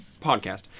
podcast